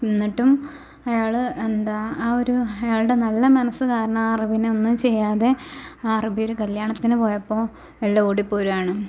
എന്നിട്ടും അയാൾ എന്താ ആ ഒരു അയാളുടെ നല്ല മനസ്സു കാരണം ആ അറബീനെ ഒന്നും ചെയ്യാതെ ആ അറബിയൊരു കല്യാണത്തിന് പോയപ്പോൾ അയാൾ ഓടിപ്പോരുവാണ്